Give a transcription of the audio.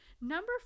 Number